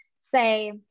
say